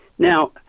Now